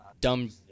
dumb